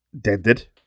dented